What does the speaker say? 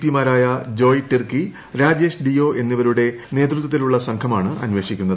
P മാരായ ജോയ് ടിർകി രാജേഷ് ഡിയോ എന്നിവരുടെ നേതൃത്വത്തിലുള്ള സംഘമാണ് അന്വേഷിക്കുന്നത്